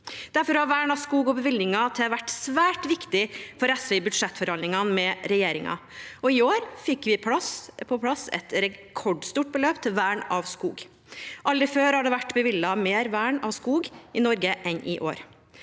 Derfor har vern av skog og bevilgninger til det vært svært viktig for SV i budsjettforhandlingene med regjeringen. I år fikk vi på plass et rekordstort beløp til vern av skog. Aldri før har det vært bevilget mer til vern av skog i Norge enn i år.